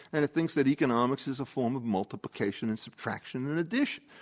and it thinks that economics is a form of multiplication and subtraction and addition.